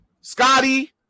Scotty